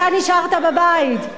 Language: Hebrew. אתה נשארת בבית.